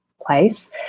place